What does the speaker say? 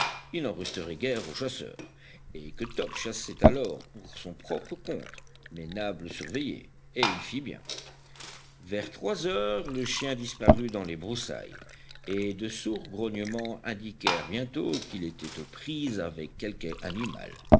il n'en resterait guère aux chasseurs et que top chassait alors pour son propre compte mais nab le surveillait et il fit bien vers trois heures le chien disparut dans les broussailles et de sourds grognements indiquèrent bientôt qu'il était aux prises avec quelque animal